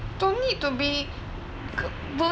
don't need to be